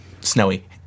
snowy